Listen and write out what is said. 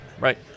right